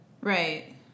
Right